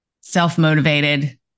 self-motivated